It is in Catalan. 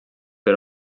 per